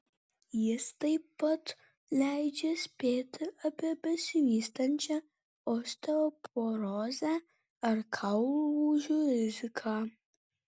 jis taip pat leidžia spėti apie besivystančią osteoporozę ar kaulų lūžių riziką